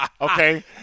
Okay